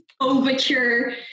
overture